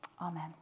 Amen